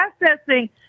processing